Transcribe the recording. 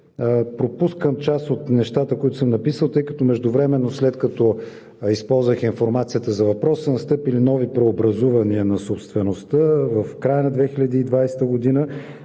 Пропускам част от нещата, които съм написал, тъй като междувременно – след като използвах информацията за въпроса, са настъпили нови преобразувания на собствеността в края на 2020 г.